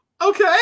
Okay